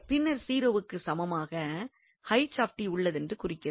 பின்னர் 0 க்கு சமமாக உள்ளதென்று குறிக்கிறது